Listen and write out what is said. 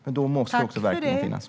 Men då måste verktygen finnas.